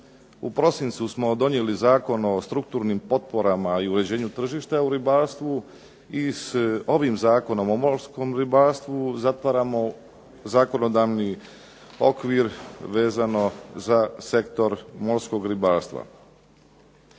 u prosincu smo donijeli Zakon o strukturnim potporama i uređenju tržišta u ribarstvu i s ovim Zakonom o morskom ribarstvu zatvaramo zakonodavni okvir vezano za sektor morskog ribarstva.